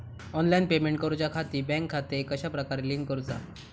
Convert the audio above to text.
Online payment करुच्याखाती bank खाते कश्या प्रकारे लिंक करुचा?